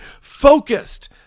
focused